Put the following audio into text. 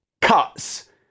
cuts